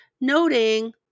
noting